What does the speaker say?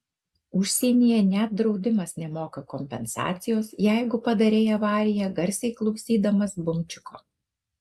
užsienyje net draudimas nemoka kompensacijos jeigu padarei avariją garsiai klausydamas bumčiko